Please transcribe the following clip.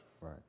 Right